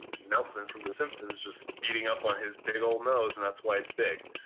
nelson from the simpsons, just beating up on his big old nose, and that's why it's big.